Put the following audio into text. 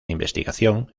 investigación